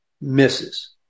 misses